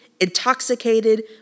intoxicated